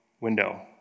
window